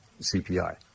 CPI